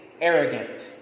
arrogant